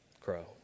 crow